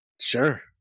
Sure